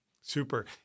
Super